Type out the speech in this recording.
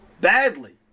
badly